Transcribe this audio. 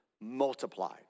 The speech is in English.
multiplied